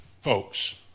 folks